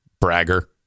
bragger